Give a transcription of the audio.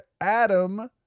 Adam